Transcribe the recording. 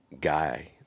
guy